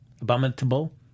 Abominable